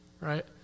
right